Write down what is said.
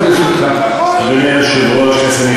עשר דקות לרשותך.